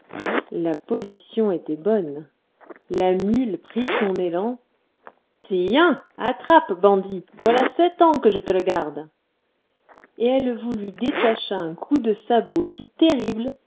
la position était bonne la mule prit son élan tiens attrape bandit voilà sept ans que je te le garde et elle vous lui détacha un coup de sabot si terrible